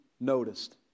noticed